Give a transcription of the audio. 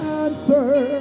answer